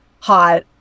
hot